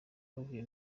bavuye